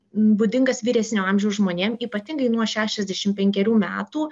būdingas vyresnio amžiaus žmonėm ypatingai nuo šešiasdešim penkerių metų